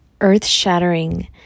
Earth-shattering